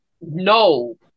no